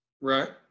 Right